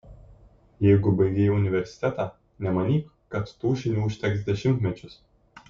jeigu baigei universitetą nemanyk kad tų žinių užteks dešimtmečius